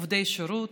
עובדי שירות.